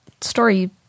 story